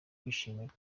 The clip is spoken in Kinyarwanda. kwishimira